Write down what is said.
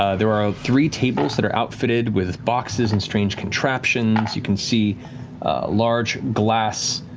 ah there are three tables that are outfitted with boxes and strange contraptions. you can see large glass,